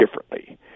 differently